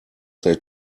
they